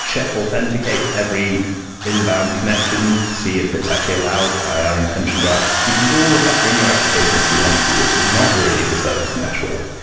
check, authenticate every inbound connection to see if it's actually allowed by our intention graph. you can do all of that in your application if you want to, which is not really the service mesh way.